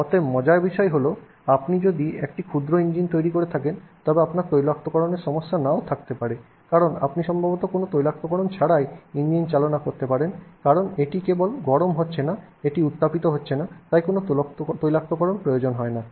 অতএব মজার বিষয় হল আপনি যদি একটি ক্ষুদ্র ইঞ্জিন তৈরি করে থাকেন তবে আপনার তৈলাক্তকরণের সমস্যা নাও থাকতে পারে কারণ আপনি সম্ভবত কোনও তৈলাক্তকরণ ছাড়াই ইঞ্জিন চালনা করতে পারেন কারণ এটি কেবল গরম হচ্ছে না এটি উত্তাপিত হচ্ছে না তাই কোন তৈলাক্তকরণ প্রয়োজন না